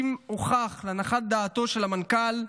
אם הוכח להנחת דעתו של המנכ"ל,